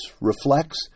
reflects